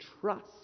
trust